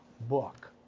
book